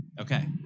Okay